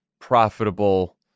profitable